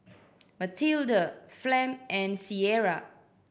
Mathilda Flem and Cierra